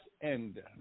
end